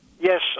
Yes